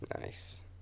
Nice